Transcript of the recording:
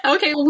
Okay